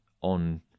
on